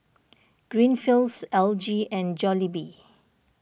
Greenfields L G and Jollibee